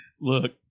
Look